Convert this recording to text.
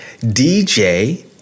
DJ